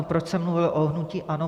Proč jsem mluvil o hnutí ANO?